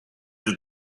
have